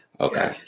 Okay